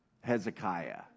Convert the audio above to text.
Hezekiah